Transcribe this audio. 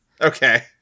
Okay